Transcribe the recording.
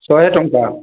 ଶହେ ଟଙ୍କା